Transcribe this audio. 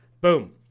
Boom